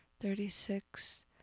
thirty-six